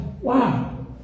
Wow